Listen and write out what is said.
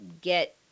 get